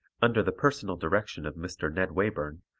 under the personal direction of mr. ned wayburn,